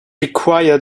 required